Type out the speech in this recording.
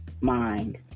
Mind